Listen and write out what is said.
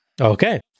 Okay